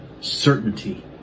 certainty